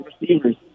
receivers